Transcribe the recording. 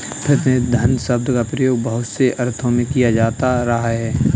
प्रतिनिधि धन शब्द का प्रयोग बहुत से अर्थों में किया जाता रहा है